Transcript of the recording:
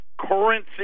currency